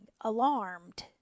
alarmed